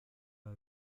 pas